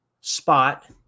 spot